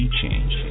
change